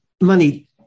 money